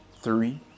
three